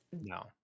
no